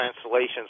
translations